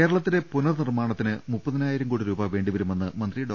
കേരളത്തിന്റെ പുനർനിർമാണത്തിന് മുപ്പതിനായിരം കോടി രൂപ വേണ്ടിവരുമെന്ന് മന്ത്രി ഡോ